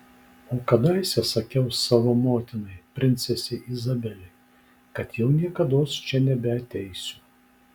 o kadaise sakiau savo motinai princesei izabelei kad jau niekados čia nebeateisiu